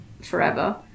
forever